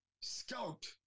scout